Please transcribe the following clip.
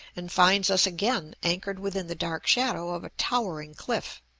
and finds us again anchored within the dark shadow of a towering cliff.